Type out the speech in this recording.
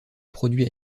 produit